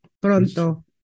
pronto